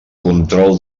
control